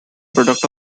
product